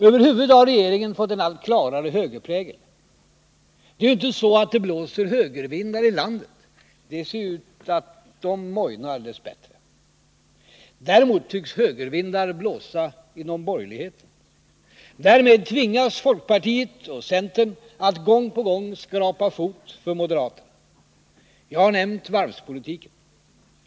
Över huvud har regeringen fått en allt klarare högerprägel. Det är ju inte så att det blåser högervindar i landet. De förefaller dess bättre mojna. Däremot tycks högervindar blåsa inom borgerligheten. Därmed tvingas folkpartiet och centern gång på gång skrapa fot för moderaterna. Jag har nämnt varvspolitiken.